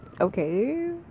okay